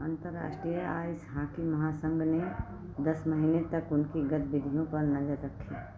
अंतर्राष्ट्रीय ice hockey महासंघ ने दस महीने तक उनकी गतिविधियों पर नजर रखी